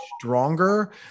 stronger